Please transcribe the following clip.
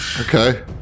Okay